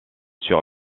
sur